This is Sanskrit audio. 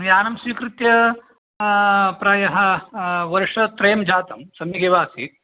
यानं स्वीकृत्य प्रायः वर्षत्रयं जातं सम्यगेव आसीत्